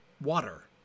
water